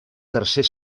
tercer